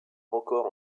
record